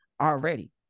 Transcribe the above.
already